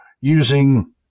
using